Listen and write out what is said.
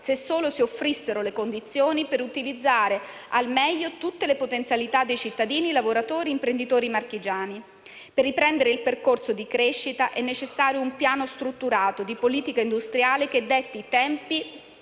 se solo si offrissero le condizioni per utilizzare al meglio tutte le potenzialità dei cittadini lavoratori ed imprenditori marchigiani. Per riprendere il percorso di crescita, è necessario un piano strutturato di politica industriale che detti tempi